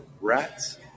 Rats